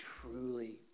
truly